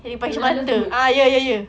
luna lovegood